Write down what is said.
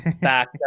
back